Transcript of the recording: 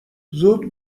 زود